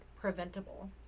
preventable